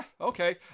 okay